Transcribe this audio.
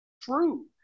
true